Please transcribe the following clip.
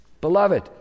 beloved